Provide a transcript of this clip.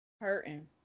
Hurting